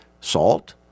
salt